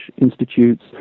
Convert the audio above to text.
institutes